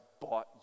bought